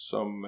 Som